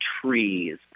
trees